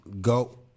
go